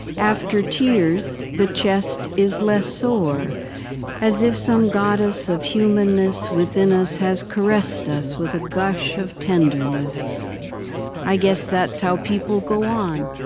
after tears, the chest is less sore as if some goddess of humanness within us has caressed us with a gush of tenderness i guess that's how people go on,